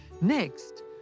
Next